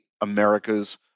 America's